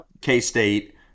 K-State